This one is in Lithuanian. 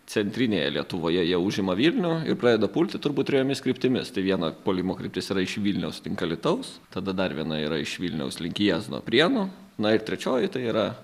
centrinėje lietuvoje jie užima vilnių ir pradeda pulti turbūt trejomis kryptimis tai viena puolimo kryptis yra iš vilniaus link alytaus tada dar viena yra iš vilniaus link jiezno prienų na ir trečioji tai yra